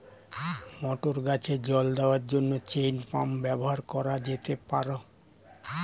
মটর গাছে জল দেওয়ার জন্য চেইন পাম্প ব্যবহার করা যেতে পার?